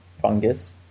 fungus